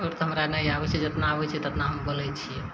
आओर तऽ हमरा नहि आबै छै जेतना छै तेतना हम बोलैत छियै